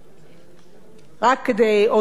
רק כדי עוד לסבר את האוזן,